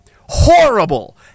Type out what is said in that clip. horrible